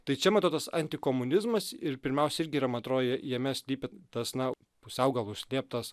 tai čia matot tas antikomunizmas ir pirmiausia irgi yra man atrodo jame slypi tas na pusiau gal užslėptas